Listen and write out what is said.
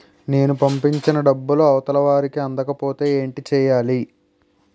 నేను పంపిన డబ్బులు అవతల వారికి అందకపోతే ఏంటి చెయ్యాలి?